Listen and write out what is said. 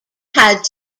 had